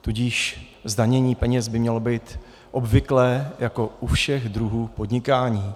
Tudíž zdanění peněz by mělo být obvyklé jako u všech druhů podnikání.